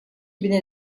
bine